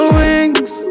wings